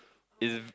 it's